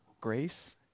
grace